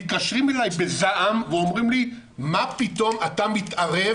מתקשרים אליי בזעם ואומרים לי: מה פתאום אתה מתערב